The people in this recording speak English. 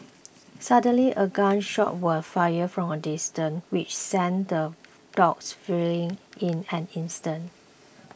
suddenly a gun shot was fired from a distance which sent the dogs fleeing in an instant